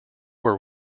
were